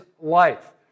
life